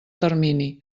termini